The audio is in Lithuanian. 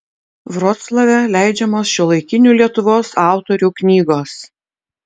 vroclave leidžiamos šiuolaikinių lietuvos autorių knygos